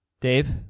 Dave